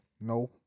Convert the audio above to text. No